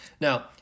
Now